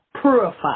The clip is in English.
Purify